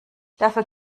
dafür